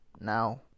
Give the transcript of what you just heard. now